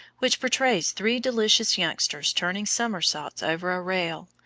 which portrays three delicious youngsters turning somersaults over a rail,